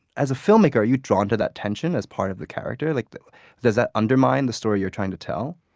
as a filmmaker, are you drawn to that tension as part of the character? like does that undermine the story you're trying to tell?